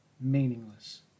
meaningless